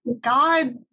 God